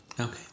okay